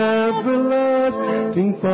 everlasting